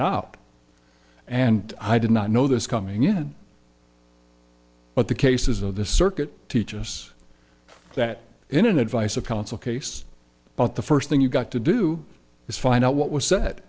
up and i did not know this coming in but the cases of the circuit teach us that in an advice of counsel case about the first thing you've got to do is find out what was